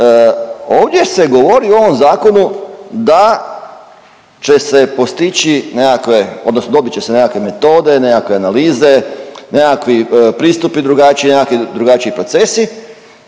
ovdje se govori o ovom zakonu da će se postići nekakve odnosno dobit će se nekakve metode, nekakve analize, nekakvi pristupi drugačiji, nekakvi drugačiji procesi,